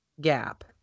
gap